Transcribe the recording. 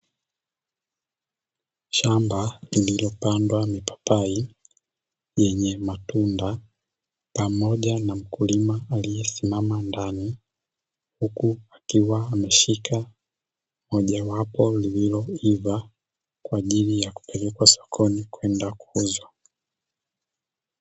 Shamba lililopandwa mipapai yenye matunda pamoja na mkulima aliyesimama ndani huku akiwa ameshika mojawapo lililo iva kwajili ya kupelekwa sokoni kwenda kuuzwa.